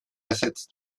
ersetzt